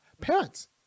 parents